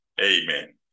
amen